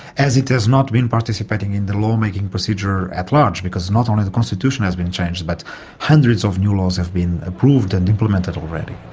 as it has not been participating in the lawmaking procedure at large, because not only the constitution has been changed but hundreds of new laws have been approved and implemented already.